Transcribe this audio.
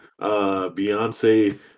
Beyonce